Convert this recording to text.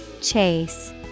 Chase